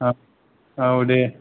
औ दे